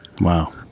Wow